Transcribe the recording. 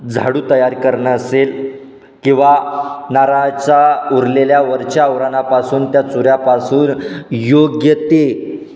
झाडू तयार करणं असेल किंवा नारळाचा उरलेल्या वरच्या आवरणापासून त्या चुऱ्यापासून योग्य ते